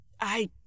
I-